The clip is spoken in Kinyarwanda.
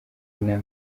inama